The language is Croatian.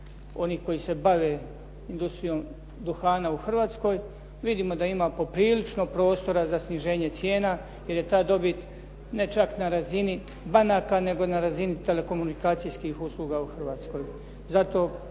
oni koji se bave industrijom duhana u Hrvatskoj, vidimo da ima poprilično prostora za sniženje cijena, jer je ta dobit ne čak na razini banaka, nego na razini telekomunikacijskih usluga u Hrvatskoj.